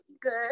good